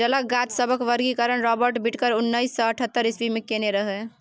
जलक गाछ सभक वर्गीकरण राबर्ट बिटकर उन्नैस सय अठहत्तर इस्वी मे केने रहय